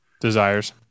desires